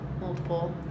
multiple